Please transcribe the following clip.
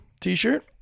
T-shirt